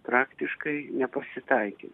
praktiškai nepasitaikė